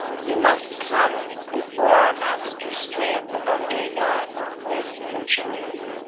you must come before our master straight, under yon greenwood tree.